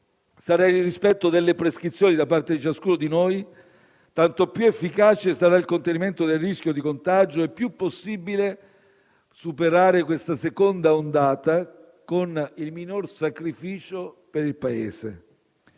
sarà il rispetto delle prescrizioni da parte di ciascuno di noi, tanto più sarà efficace il contenimento del rischio di contagio e possibile superare questa seconda ondata con il minor sacrificio per il Paese.